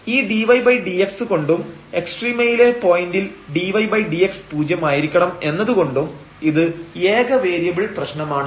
ഈ dydx കൊണ്ടും എക്സ്ട്രീമയിലെ പോയന്റിൽ dydx പൂജ്യം ആയിരിക്കണം എന്നതുകൊണ്ടും ഇത് ഏക വേരിയബിൾപ്രശ്നമാണ്